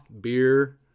beer